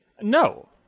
No